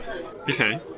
okay